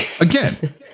again